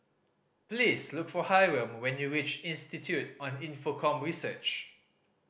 please look for Hyrum when you reach Institute on Infocomm Research